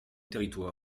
territoires